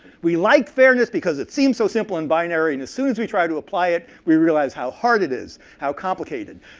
we like fairness because it seems so simple and binary. and as soon as we try to apply it, we realize how hard it is, how complicated.